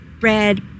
red